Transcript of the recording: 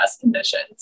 conditions